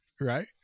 right